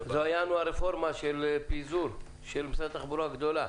זאת כאילו הרפורמה הגדולה של משרד התחבורה של פיזור.